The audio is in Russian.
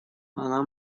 она